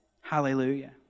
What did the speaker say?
Hallelujah